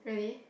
really